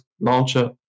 launcher